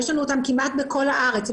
יש לנו אותם כמעט בכל הארץ,